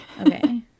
Okay